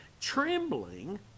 Trembling